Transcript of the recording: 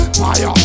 fire